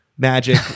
magic